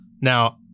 Now